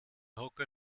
hocker